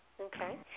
Okay